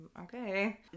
okay